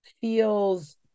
feels